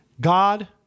God